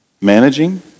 managing